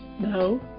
no